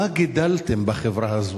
מה גידלתם בחברה הזו?